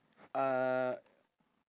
uh